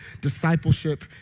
discipleship